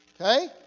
Okay